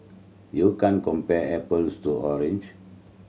you can't compare apples to orange